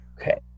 Okay